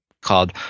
called